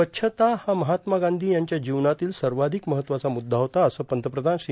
स्वच्छता हा महात्मा गांधी यांच्या जीवनातील सर्वाधिक महत्त्वाचा मुद्दा होता असं पंतप्रधान श्री